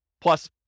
plus